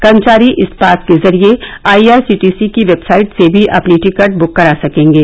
कर्मचारी इस पास के जरिए I R C T C की वेबसाइट से भी अपनी टिकट ब्क करा सकेंगे